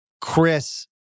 Chris